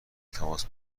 تماس